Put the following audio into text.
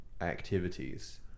activities